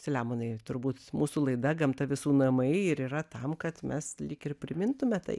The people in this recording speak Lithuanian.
selemonai turbūt mūsų laida gamta visų namai ir yra tam kad mes lyg ir primintume tai